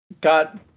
got